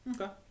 Okay